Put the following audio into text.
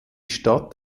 stadt